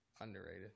Underrated